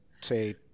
say